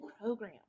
program